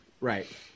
Right